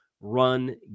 run